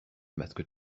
masques